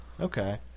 Okay